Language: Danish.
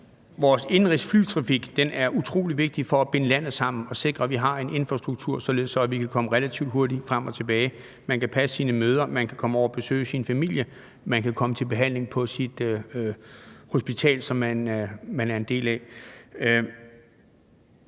vores indenrigsflytrafik er utrolig vigtig for at binde landet sammen og sikre, at vi har en infrastruktur, således at vi kan komme relativt hurtigt frem og tilbage, at man kan passe sine møder, komme over og besøge sin familie og komme til behandling på det hospital,